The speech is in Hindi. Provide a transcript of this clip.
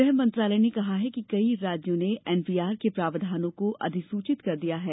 गृहमंत्रालय ने कहा कि कई राज्यों ने एनपीआर के प्रावधानों को अधिसूचित कर दिया है